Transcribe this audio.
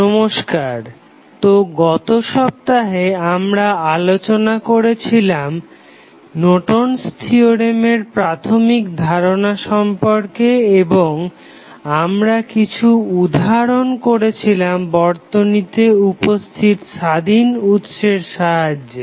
নমস্কার তো গত সপ্তাহে আমরা আলোচনা করেছিলাম নর্টন'স থিওরেমের Nortons theorem প্রাথমিক ধারণা সম্পর্কে এবং আমরা কিছু উদাহরণ করেছিলাম বর্তনীতে উপস্থিত স্বাধীন উৎসের সাহায্যে